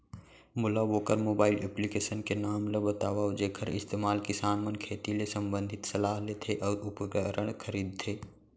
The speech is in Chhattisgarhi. मोला वोकर मोबाईल एप्लीकेशन के नाम ल बतावव जेखर इस्तेमाल किसान मन खेती ले संबंधित सलाह लेथे अऊ उपकरण खरीदथे?